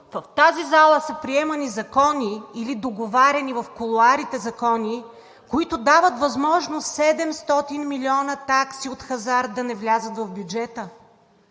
в тази зала са приемани закони или договаряни в кулоарите закони, които дават възможност 700 млн. лв. такси от хазарт да не влязат в бюджета.